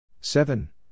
Seven